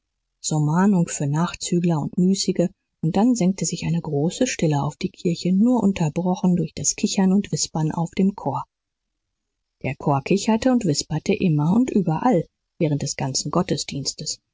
zur mahnung für nachzügler und müßige und dann senkte sich eine große stille auf die kirche nur unterbrochen durch das kichern und wispern auf dem chor der chor kicherte und wisperte immer und überall während des ganzen gottesdienstes